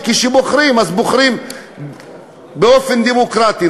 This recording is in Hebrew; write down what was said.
וכשבוחרים אז בוחרים באופן דמוקרטי,